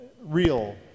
real